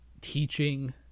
teaching